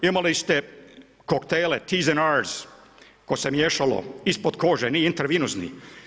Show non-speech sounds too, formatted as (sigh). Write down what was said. Imali ste koktele … (unintelligible) koje se miješalo ispod kože, nije intervinozni.